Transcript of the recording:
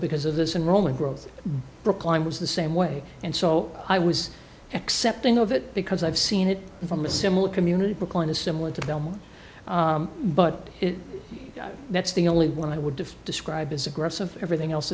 because of this and rolling growth reclined was the same way and so i was accepting of it because i've seen it from a similar community brooklyn is similar to that but that's the only one i would describe as aggressive everything else